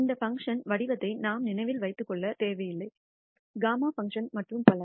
இந்த பங்க்ஷன் வடிவத்தை நாம் நினைவில் வைத்துக் கொள்ள தேவையில்லை γ பங்க்ஷன் மற்றும் பல